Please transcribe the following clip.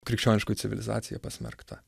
krikščioniškoji civilizacija pasmerkta